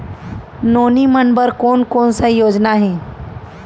नोनी मन बर कोन कोन स योजना हे?